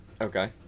Okay